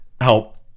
help